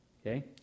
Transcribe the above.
okay